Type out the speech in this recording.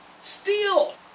Steel